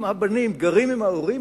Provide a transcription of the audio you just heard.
אם הבנים גרים עם ההורים,